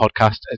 podcast